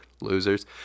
Losers